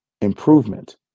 improvement